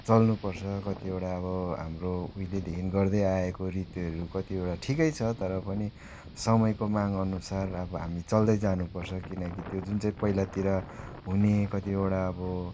चल्नु पर्छ कतिवटा अब हाम्रो उहिलेदेखि गर्दै आएको रीतिहरू कतिवटा ठिकै छ तर पनि समयको माग अनुसार अब हामी चल्दै जानु पर्छ किनकि त्यो जुन चाहिँ पहिलातिर हुने कतिवटा अब